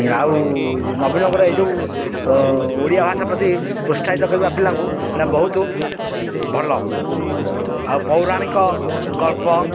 ଆଉ ନବୀନଙ୍କର ଏଇ ଯୋଉ ଓଡ଼ିଆ ଭାଷା ପ୍ରତି ପ୍ରୋତ୍ସାହିତ କରିବା ପିଲାଙ୍କୁ ଏଟା ବହୁତ ଭଲ ଆଉ ପୌରାଣିକ ଗଳ୍ପ